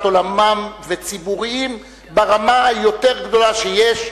עולמם וציבוריים ברמה היותר גדולה שיש,